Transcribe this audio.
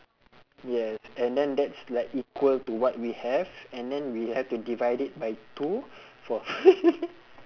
yes and then that's like equal to what we have and then we have to divide it by two for